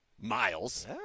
miles